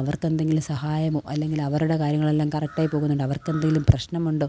അവര്ക്കെന്തെങ്കിലും സഹായമോ അല്ലെങ്കില് അവരുടെ കാര്യങ്ങളെല്ലാം കറക്റ്റായി പോകുന്നുണ്ടോ അവര്ക്കെന്തെലും പ്രശ്നമുണ്ടോ